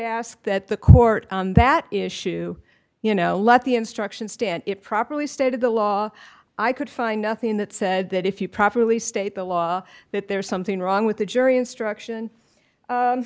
ask that the court that issue you know let the instruction stand it properly stated the law i could find nothing that said that if you properly state the law that there's something wrong with the jury instruction